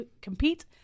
compete